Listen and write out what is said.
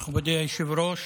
מכובדי היושב-ראש.